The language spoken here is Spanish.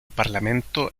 parlamento